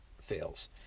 fails